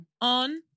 On